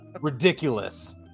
ridiculous